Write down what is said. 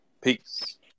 Peace